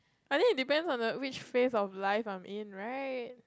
I think it depends on like which phase of life I'm in right